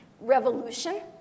revolution